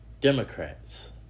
Democrats